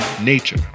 nature